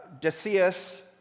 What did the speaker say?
Decius